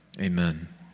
Amen